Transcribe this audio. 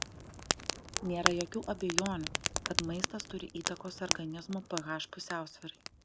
nėra jokių abejonių kad maistas turi įtakos organizmo ph pusiausvyrai